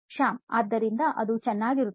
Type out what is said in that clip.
ಶ್ಯಾಮ್ ಆದ್ದರಿಂದ ಅದು ಚೆನ್ನಾಗಿರುತ್ತದೆ